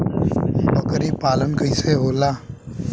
बकरी पालन कैसे होला?